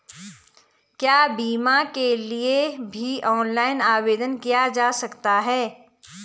क्या बीमा के लिए भी ऑनलाइन आवेदन किया जा सकता है?